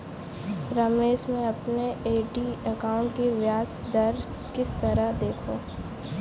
रमेश मैं अपने FD account की ब्याज दर किस तरह देखूं?